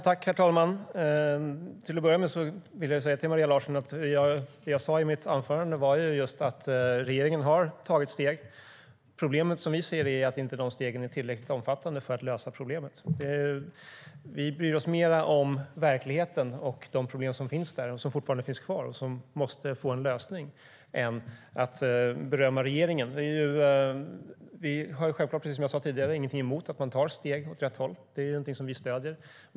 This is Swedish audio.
Herr talman! Till att börja med vill jag säga till Maria Larsson att det jag sade i mitt anförande var att regeringen har tagit steg. Som vi ser det är de stegen inte tillräckligt omfattande för att lösa problemet. Vi bryr oss mer om verkligheten och de problem som finns och fortfarande finns kvar och som måste få en lösning än att berömma regeringen. Vi har självklart, precis som jag sade tidigare, ingenting emot att man tar steg åt rätt håll. Det är någonting som vi stöder.